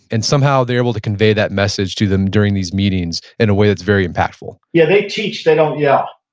and somehow they're able to convey that message to them during these meetings in a way that's very impactful yeah, they teach, they don't yeah